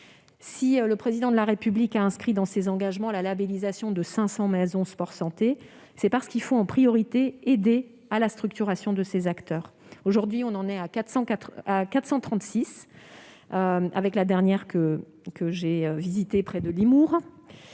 Si le Président de la République a inscrit dans ses engagements la labellisation de 500 maisons sport-santé, c'est parce qu'il faut en priorité faciliter la structuration de ces acteurs. Aujourd'hui, nous en comptons 436, en incluant la dernière que j'ai visitée, près de Limours.